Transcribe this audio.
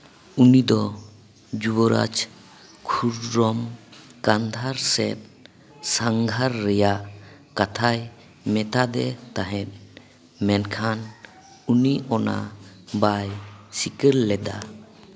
ᱩᱱᱤ ᱫᱚ ᱡᱩᱵᱚᱨᱟᱡᱽ ᱠᱷᱩᱨᱨᱚᱢ ᱠᱟᱱᱫᱷᱟᱨ ᱥᱮᱫ ᱥᱟᱸᱜᱷᱟᱨ ᱨᱮᱭᱟᱜ ᱠᱟᱛᱷᱟᱭ ᱢᱮᱛᱟᱫᱮ ᱛᱟᱦᱮᱸᱫ ᱢᱮᱱᱠᱷᱟᱱ ᱩᱱᱤ ᱚᱱᱟ ᱵᱟᱭ ᱥᱤᱠᱟᱹᱨ ᱞᱮᱫᱟ